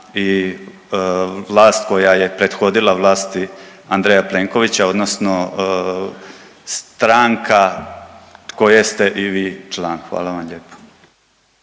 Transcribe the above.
i vlast koja je prethodila vlasti Andreja Plenkovića odnosno stranka koje ste i vi član. Hvala vam lijepo.